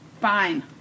Fine